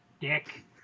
Dick